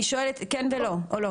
לא.